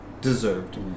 deserved